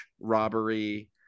robbery